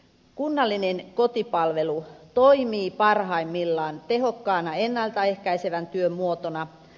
kunnallinen kotipalvelu toimii parhaimmillaan tehokkaana ennalta ehkäisevän työn muotona